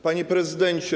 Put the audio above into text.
Panie Prezydencie!